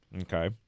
Okay